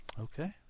Okay